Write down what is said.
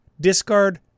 Discard